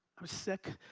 i was sick,